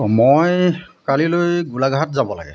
অঁ মই কালিলৈ গোলাঘাট যাব লাগে